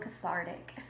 cathartic